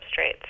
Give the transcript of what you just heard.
substrates